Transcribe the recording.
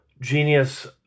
genius